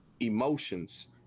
emotions